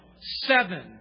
seven